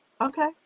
Okay